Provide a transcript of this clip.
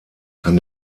kann